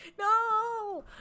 No